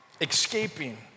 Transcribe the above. Escaping